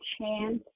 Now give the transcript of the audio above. chance